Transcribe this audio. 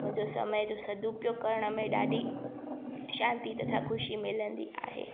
मुंहिंजे समय जो सदुपयोग करण में ॾाढी शांती तथा खुशी मिलंदी आहे